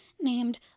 named